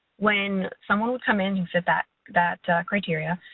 when someone would come in and fit that that criteria,